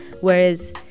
whereas